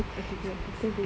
okay okay I send to you